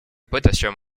potassium